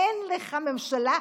אין לך ממשלה.